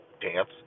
dance